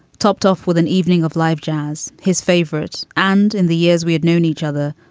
topped off with an evening of live jazz, his favourite, and in the years we had known each other.